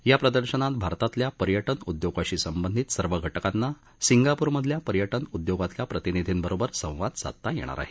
या प्रदर्शनात भारतातल्या पर्यटन उदयोगाशी संबंधीत सर्व घटकांना सिंगापूरमधल्या पर्यटन उदयोगातल्या प्रतिनिधींबरोबर संवाद साधता येणार आहे